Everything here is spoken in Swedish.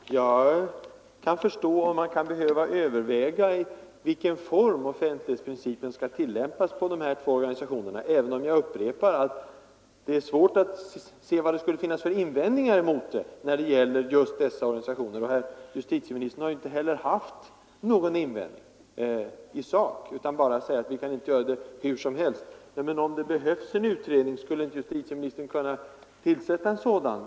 Fru talman! Jag kan förstå att man kan behöva överväga i vilken form offentlighetsprincipen skall tillämpas på de här två organisationerna. Men jag upprepar att det är svårt att se vad det skulle finnas för invändningar emot att den tillämpas när det gäller just dessa organisationer. Herr justitieministern har ju inte heller haft någon invändning att anföra i sak utan säger bara att vi inte kan tillämpa principen hur som helst. Men om det behövs en utredning, skulle inte justitieministern kunna tillsätta en sådan.